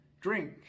drink